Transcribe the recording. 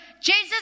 Jesus